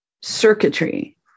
circuitry